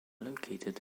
located